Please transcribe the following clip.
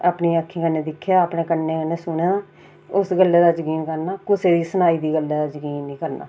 अपनी अक्खीं कन्नै दिक्खे दा अपनी अक्खीं कन्नै दिक्खे दा उस गल्लै दा जकीन करना कुसै दी सनाई दी गल्लै दा जकीन निं करना